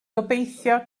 gobeithio